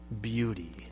beauty